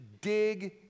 dig